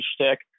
shtick